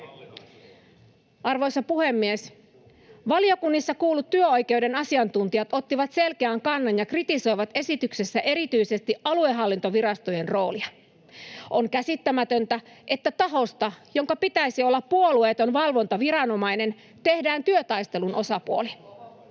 Arvoisa puhemies! Valiokunnissa kuullut työoikeuden asiantuntijat ottivat selkeän kannan ja kritisoivat esityksessä erityisesti aluehallintovirastojen roolia. On käsittämätöntä, että tahosta, jonka pitäisi olla puolueeton valvontaviranomainen, tehdään työtaistelun osapuoli.